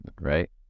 right